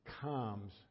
comes